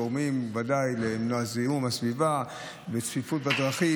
גורמים ודאי למניעת זיהום מהסביבה וצפיפות בדרכים,